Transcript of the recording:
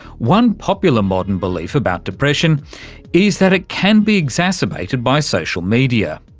one popular modern belief about depression is that it can be exacerbated by social media.